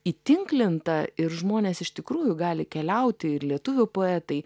įtinklinta ir žmonės iš tikrųjų gali keliauti ir lietuvių poetai